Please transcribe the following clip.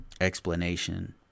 explanation